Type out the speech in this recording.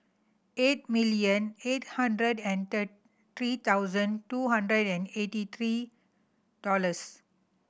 eight million eight hundred and three thousand two hundred and eighty three dollors